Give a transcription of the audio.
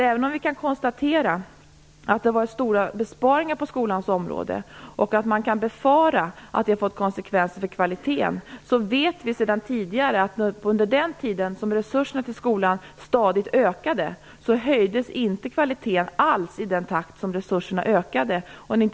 Även om vi kan konstatera att det varit stora besparingar på skolans område och kan befara att det fått stora konsekvenser för kvaliteten, vet vi sedan tidigare att kvaliteten under den tid då resurserna till skolan stadigt ökade inte alls höjdes i den takt som resurserna ökade.